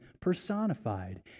personified